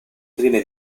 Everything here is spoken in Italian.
prime